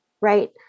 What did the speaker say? right